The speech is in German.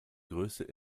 größte